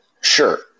sure